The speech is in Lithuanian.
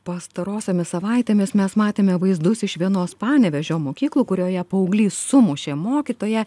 pastarosiomis savaitėmis mes matėme vaizdus iš vienos panevėžio mokyklų kurioje paauglys sumušė mokytoją